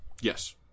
yes